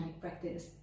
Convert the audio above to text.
practice